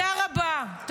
תודה רבה.